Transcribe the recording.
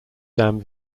damn